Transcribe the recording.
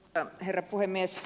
arvoisa herra puhemies